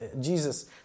Jesus